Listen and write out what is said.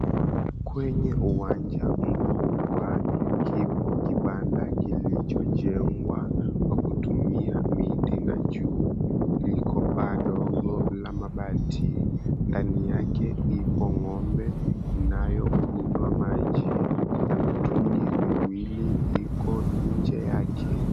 Kwenye uwanja mkubwa kipo kibanda kilichojengwa kwa kutumia miti, na juu liko paa dogo la mabati. Ndani yake ipo ng'ombe inayokunywa maji, na mitungi miwili iko nje yake.